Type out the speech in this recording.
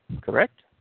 correct